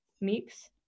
mix